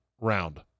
round